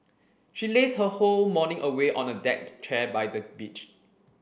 she lazed her whole morning away on a deck chair by the beach